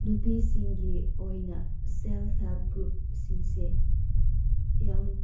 ꯅꯨꯄꯤꯁꯤꯡꯒꯤ ꯑꯣꯏꯅ self help ꯒ꯭ꯔꯨꯞꯁꯤꯡꯁꯦ ꯌꯥꯝ